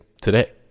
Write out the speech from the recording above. today